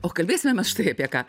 o kalbėsime mes štai apie ką